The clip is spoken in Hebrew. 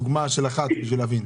דוגמה של אחת בשביל להבין.